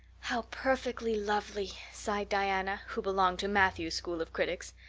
how perfectly lovely! sighed diana, who belonged to matthew's school of critics.